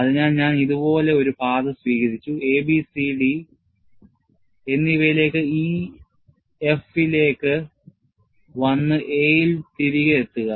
അതിനാൽ ഞാൻ ഇതുപോലുള്ള ഒരു പാത സ്വീകരിച്ചു A B C D എന്നിവയിലേക്ക് E F ലേക്ക് വന്ന് A യിൽ തിരികെ എത്തുക